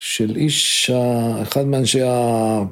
של איש... אחד מהאנשי ה...